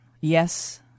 Yes